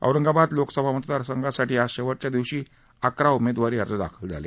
औरंगाबाद लोकसभा मतदारसंघासाठी आज शेवटच्या दिवशी अकरा उमेदवारी अर्ज दाखल झाले